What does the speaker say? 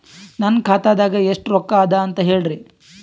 ನನ್ನ ಖಾತಾದಾಗ ಎಷ್ಟ ರೊಕ್ಕ ಅದ ಅಂತ ಹೇಳರಿ?